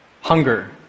Hunger